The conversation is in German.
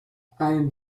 einen